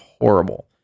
horrible